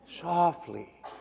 softly